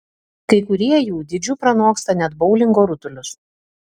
kai kurie jų dydžiu pranoksta net boulingo rutulius